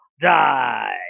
die